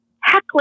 heckling